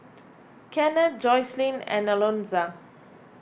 Kennth Jocelyn and Alonza